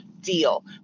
deal